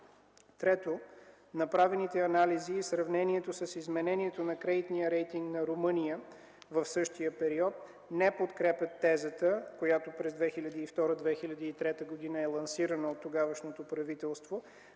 трето, направените анализи и сравнението с изменението на кредитния рейтинг на Румъния за същия период не подкрепят тезата, която през 2002-2203 г. е лансирана от тогавашното правителство,